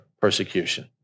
persecution